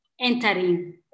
entering